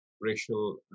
racial